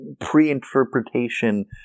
pre-interpretation